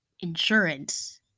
insurance